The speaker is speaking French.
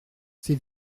c’est